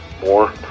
more